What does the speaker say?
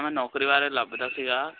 ਮੈਂ ਨੌਕਰੀ ਬਾਰੇ ਲੱਭਦਾ ਸੀਗਾ